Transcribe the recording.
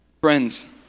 friends